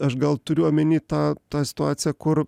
aš gal turiu omeny tą tą situaciją kur